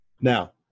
Now